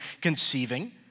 conceiving